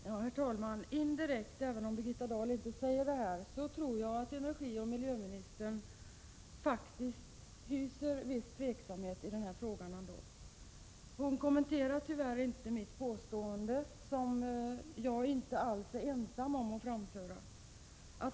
Herr talman! Även om Birgitta Dahl inte säger det här, så tror jag att miljöoch energiministern indirekt ändå hyser viss tveksamhet i den här frågan. Hon kommenterar tyvärr inte mitt påstående, som jag inte alls är ensam om att företräda.